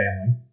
family